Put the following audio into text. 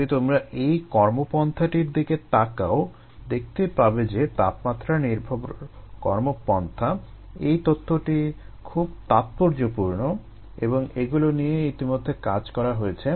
যদি তোমরা এই কর্মপন্থাটির দিকে তাকাও দেখতে পাবে যে তাপমাত্রা নির্ভর কমর্পন্থা - এই তথ্যটি খুব তাৎপর্যপূর্ণ এবং এগুলো নিয়ে ইতিমধ্যে কাজ করা হয়েছে